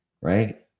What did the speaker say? right